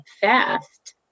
fast